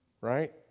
Right